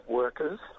workers